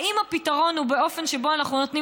האם הפתרון הוא באופן שבו אנחנו נותנים